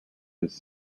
his